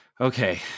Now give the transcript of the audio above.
Okay